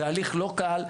זה הליך לא קל.